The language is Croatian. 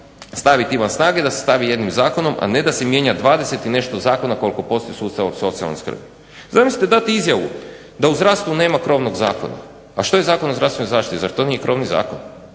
staviti van snage da se stavi jednim zakonom, a ne da se mijenja 20 i nešto zakona koliko postoji sustav socijalne skrbi. Zamislite dati izjavu da u zdravstvu nema krovnog zakona. Pa što je Zakon o zdravstvenoj zaštiti? Zar to nije krovni zakon?